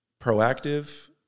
proactive